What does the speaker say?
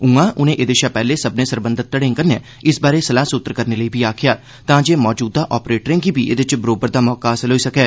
उआं उनें एह्दे शा पैहले सब्मनें सरबंधत घड़ें कन्नै इस बारै सलाह सुत्तर करने लेई बी आखेआ तांजे मौजूदा आपरेटरें गी बी एह्दे च बरोबर दा मौका हासल होई सकै